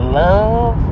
love